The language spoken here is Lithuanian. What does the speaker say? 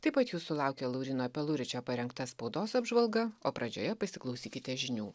taip pat jūsų laukia lauryno peluričio parengta spaudos apžvalga o pradžioje pasiklausykite žinių